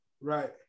Right